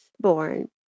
born